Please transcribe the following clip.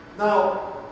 now,